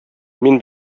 мин